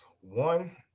one